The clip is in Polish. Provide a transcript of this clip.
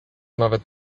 nawet